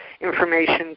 Information